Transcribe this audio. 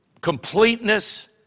completeness